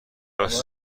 اساس